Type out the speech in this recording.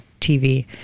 TV